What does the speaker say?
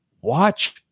watch